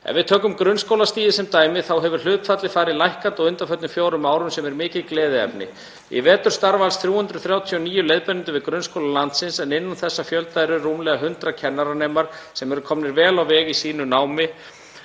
Ef við tökum grunnskólastigið sem dæmi hefur hlutfallið farið lækkandi á undanförnum fjórum árum, sem er mikið gleðiefni. Í vetur starfa alls 339 leiðbeinendur við grunnskóla landsins en innan þessa fjölda eru rúmlega 100 kennaranemar sem eru komnir vel á veg í sínu námi